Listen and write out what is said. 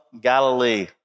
Galilee